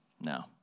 No